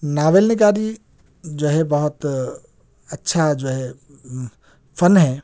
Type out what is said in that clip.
novel نِگاری جو ہے بہت اچھا جو ہے فن ہیں